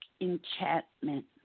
enchantment